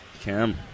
Cam